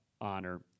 honor